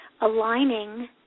aligning